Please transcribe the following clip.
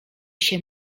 się